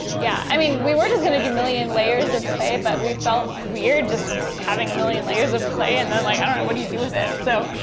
yeah, i mean, we were just going to do million layers of clay but we felt weird just having a million layers of clay, and then like and what do you do with it? so,